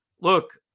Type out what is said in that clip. look